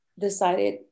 decided